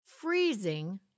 freezing